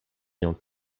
nią